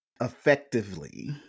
effectively